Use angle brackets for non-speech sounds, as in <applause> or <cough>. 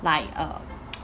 like uh <noise>